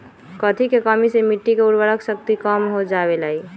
कथी के कमी से मिट्टी के उर्वरक शक्ति कम हो जावेलाई?